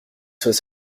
soient